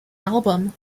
album